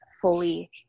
fully